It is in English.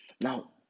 Now